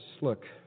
look